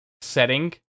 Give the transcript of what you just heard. setting